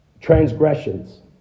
transgressions